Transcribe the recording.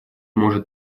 может